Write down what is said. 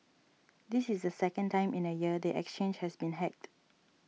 this is the second time in a year the exchange has been hacked